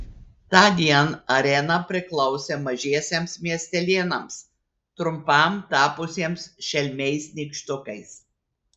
tądien arena priklausė mažiesiems miestelėnams trumpam tapusiems šelmiais nykštukais